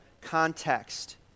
context